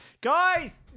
guys